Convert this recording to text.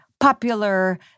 popular